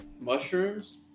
Mushrooms